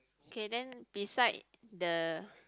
okay then beside the